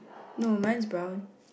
no mine is brown